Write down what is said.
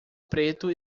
preto